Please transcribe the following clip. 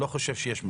אני לא חושב שיש מקום.